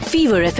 Fever